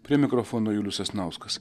prie mikrofono julius sasnauskas